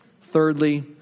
Thirdly